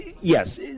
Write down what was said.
Yes